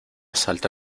salta